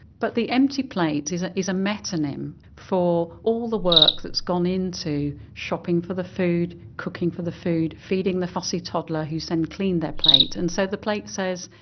but the empty plate is ah is a metonym for all the work that's gone into shopping for the food, cooking the food, feeding the fussy toddler who has then cleaned their plate. and so the plate says,